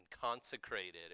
consecrated